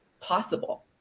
possible